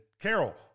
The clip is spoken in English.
Carol